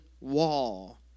wall